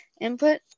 input